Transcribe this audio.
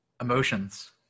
emotions